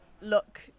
look